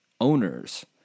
owners